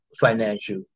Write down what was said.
financial